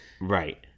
Right